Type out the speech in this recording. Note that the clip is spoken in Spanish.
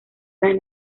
las